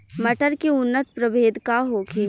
मटर के उन्नत प्रभेद का होखे?